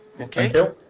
okay